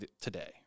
today